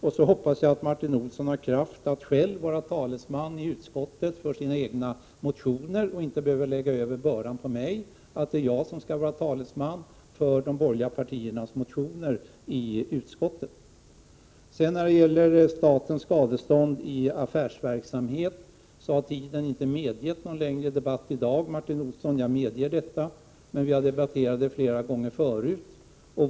Och så hoppas jag att Martin Olsson har kraft att själv vara talesman i utskottet för sina egna motioner och inte behöver lägga över den bördan på mig, så att jag slipper vara talesman för de borgerliga partiernas motioner. När det gäller statens skadestånd i affärsverksamhet har tiden inte medgett någon längre debatt i dag. Jag medger detta, Martin Olsson, men vi har debatterat det flera gånger förut.